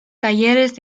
talleres